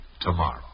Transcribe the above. tomorrow